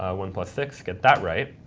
ah one plus six, get that right,